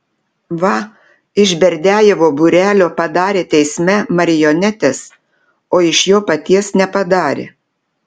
va iš berdiajevo būrelio padarė teisme marionetes o iš jo paties nepadarė